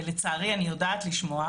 ולצערי אני יודעת לשמוע,